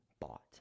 bought